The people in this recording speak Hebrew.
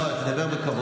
לא, תדבר בכבוד.